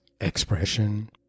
expression